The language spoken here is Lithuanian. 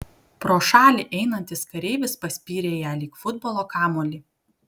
pro šalį einantis kareivis paspyrė ją lyg futbolo kamuolį